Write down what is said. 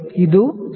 ಇದು 0